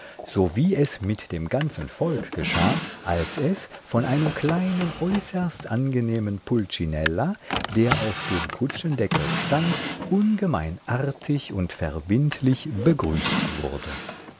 sowie es mit dem ganzen volk geschah als es von einem kleinen äußerst angenehmen pulcinella der auf dem kutschendeckel stand ungemein artig und verbindlich begrüßt wurde